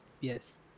Yes